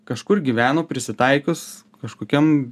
kažkur gyveno prisitaikius kažkokiam